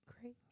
great